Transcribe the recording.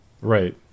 Right